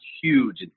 huge